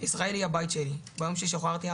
ישראל היא הבית שלי, ביום ששוחררתי,